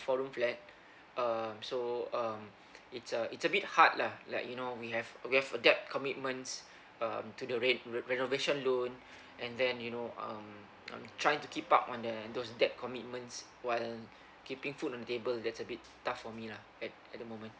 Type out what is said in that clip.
four room flat um so um it's a it's a bit hard lah like you know we have we have a debt commitments um to the ren~ renovation loan and then you know um I'm trying to keep up on the those debt commitments while keeping food on the table that's a bit tough for me lah at at the moment